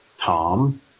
Tom